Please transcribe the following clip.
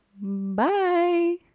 Bye